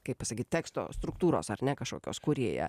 kaip pasakyt teksto struktūros ar ne kažkokios kūrėja